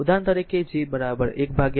ઉદાહરણ તરીકે જો G 1 R